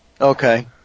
okay